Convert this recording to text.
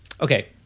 Okay